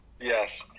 Yes